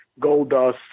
Goldust